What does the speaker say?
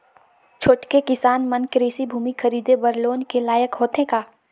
छोटके किसान मन कृषि भूमि खरीदे बर लोन के लायक होथे का?